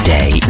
Day